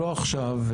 לא עכשיו,